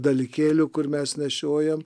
dalykėlių kur mes nešiojam